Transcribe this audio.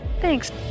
Thanks